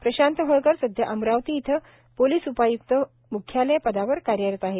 प्रंशात होळकर सध्या अमरावती येथे पोलीस उपाय्क्त मुख्यालय पदावर कार्यरत आहे